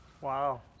Wow